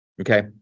Okay